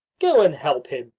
go and help him,